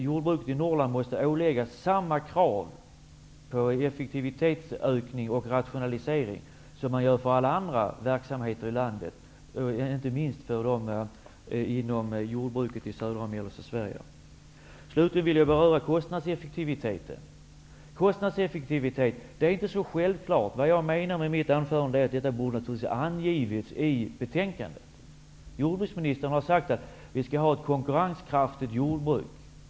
Jordbruket i Norrland måste åläggas samma krav på effektivitetsökning och rationalisering som alla andra verksamheter i landet -- inte minst för jordbruket i södra och mellersta Sverige. Slutligen vill jag beröra frågan om kostnadseffektivitet. Kostnadseffektiviteten borde ha angivits i betänkandet. Jordbruksministern har sagt att jordbruket skall vara konkurrenskraftigt.